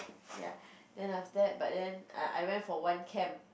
ya then after that but then I I went for one camp